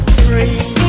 free